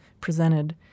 presented